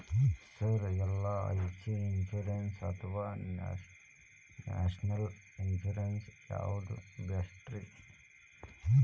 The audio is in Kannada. ಸರ್ ಎಲ್.ಐ.ಸಿ ಇನ್ಶೂರೆನ್ಸ್ ಅಥವಾ ನ್ಯಾಷನಲ್ ಇನ್ಶೂರೆನ್ಸ್ ಯಾವುದು ಬೆಸ್ಟ್ರಿ?